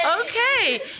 Okay